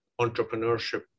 entrepreneurship